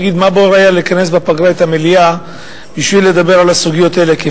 להגיד: מה בוער לכנס בפגרה את המליאה בשביל לדבר על הסוגיות האלה,